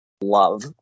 love